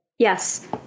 Yes